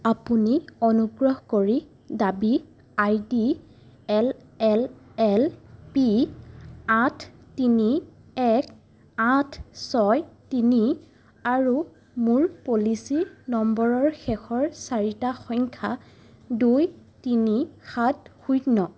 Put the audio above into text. আপুনি অনুগ্ৰহ কৰি দাবী ID L L L P আঠ তিনি এক আঠ ছয় তিনি আৰু মোৰ পলিচি নম্বৰৰ শেষৰ চাৰিটা সংখ্যা দুই তিনি সাত শূন্য